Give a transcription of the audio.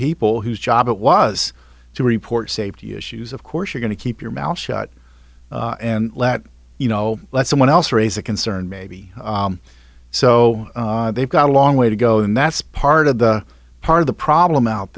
people whose job it was to report safety issues of course you're going to keep your mouth shut and let you know let someone else raise a concern maybe so they've got a long way to go and that's part of the part of the problem out